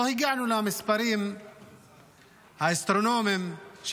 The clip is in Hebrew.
לא הגענו למספרים האסטרונומיים של